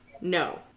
no